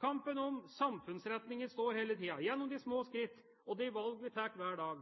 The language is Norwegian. Kampen om samfunnsretningen står hele tida, gjennom de små skritt og de valg vi tar hver dag.